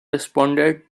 responded